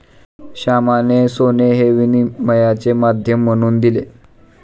श्यामाने सोने हे विनिमयाचे माध्यम म्हणून दिले